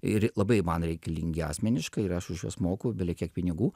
ir labai man reikalingi asmeniškai ir aš už juos moku belekiek pinigų